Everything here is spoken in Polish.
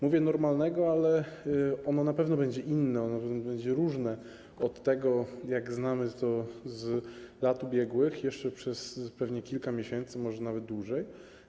Mówię: normalnego, ale ono na pewno będzie inne, ono będzie różne od tego, jakie znamy z lat ubiegłych, jeszcze przez kilka miesięcy, może nawet dłużej.